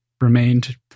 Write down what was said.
remained